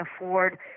afford